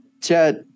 Chad